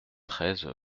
treize